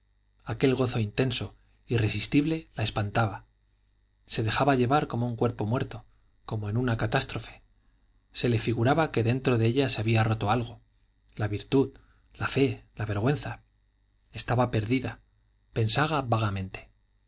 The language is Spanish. aquel gozo intenso irresistible la espantaba se dejaba llevar como cuerpo muerto como en una catástrofe se le figuraba que dentro de ella se había roto algo la virtud la fe la vergüenza estaba perdida pensaba vagamente